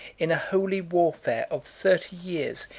in a holy warfare of thirty years,